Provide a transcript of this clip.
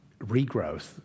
regrowth